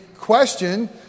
question